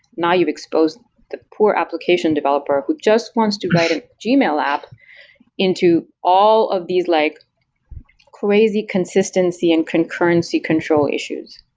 now you've exposed the poor application developer who wants to write a gmail app into all of these like crazy consistency and concurrency control issues.